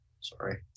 Sorry